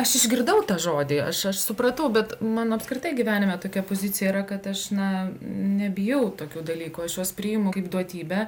aš išgirdau tą žodį aš aš supratau bet mano apskritai gyvenime tokia pozicija yra kad aš na nebijau tokių dalykų aš juos priimu kaip duotybę